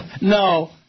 No